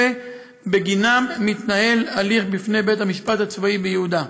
שבגינם מתנהל בעניינו הליך בפני בית-המשפט הצבאי ביהודה.